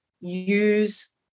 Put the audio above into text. use